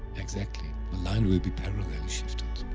exactly, the line will be parallelly shifted.